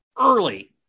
early